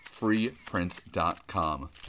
freeprints.com